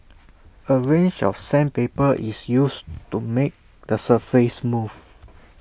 A range of sandpaper is used to make the surface smooth